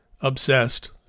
obsessed